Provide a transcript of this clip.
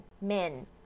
men